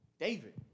David